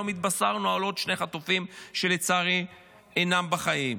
היום התבשרנו על עוד שני חטופים שלצערי אינם בחיים.